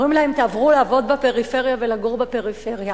אומרים להם: תעברו לעבוד בפריפריה ולגור בפריפריה.